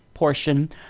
portion